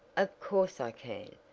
of course i can.